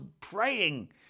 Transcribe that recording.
praying